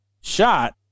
shot